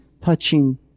touching